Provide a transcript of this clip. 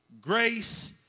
Grace